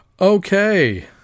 Okay